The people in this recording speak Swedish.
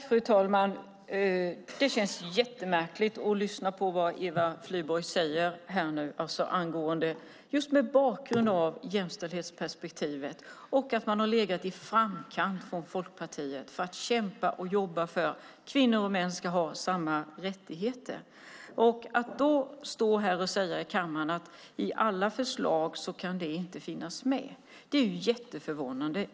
Fru talman! Det känns jättemärkligt att lyssna på det Eva Flyborg säger nu, just mot bakgrund av jämställdhetsperspektivet och att man från Folkpartiets sida har legat i framkant för att kämpa och jobba för att kvinnor och män ska ha samma rättigheter. Att då stå i kammaren och säga att jämställdheten inte kan finnas med i alla förslag är jätteförvånande.